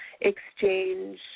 exchange